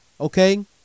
okay